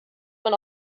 man